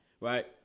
Right